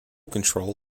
control